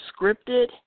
scripted